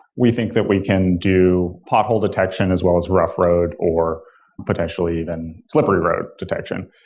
we think that we can do pothole detection as well as rough road or potentially than slippery road detection.